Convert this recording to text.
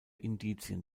indizien